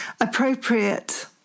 appropriate